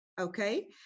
Okay